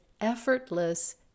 effortless